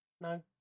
No